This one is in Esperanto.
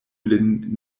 lin